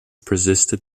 persisted